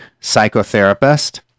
psychotherapist